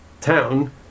Town